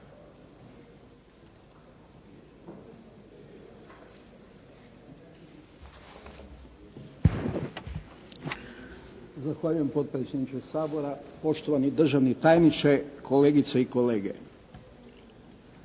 Zahvaljujem potpredsjedniče Sabora, poštovani državni tajniče, kolegice i kolege.